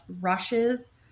Rushes